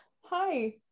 Hi